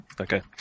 okay